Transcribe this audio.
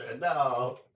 no